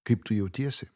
kaip tu jautiesi